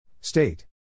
State